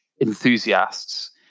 enthusiasts